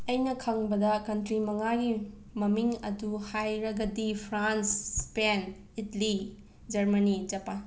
ꯑꯩꯅ ꯈꯪꯕꯗ ꯀꯟꯇ꯭ꯔꯤ ꯃꯪꯉꯥꯒꯤ ꯃꯃꯤꯡ ꯑꯗꯨ ꯍꯥꯏꯔꯒꯗꯤ France Spain Italy Germany Japan